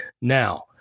Now